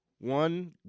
one